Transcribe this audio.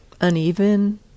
uneven